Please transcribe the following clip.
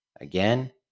again